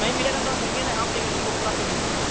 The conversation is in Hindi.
नहीं मिलेगा तो हम हइए न हम देंगे तुमको पूरा पेमेंट देंगे